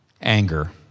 anger